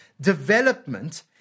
development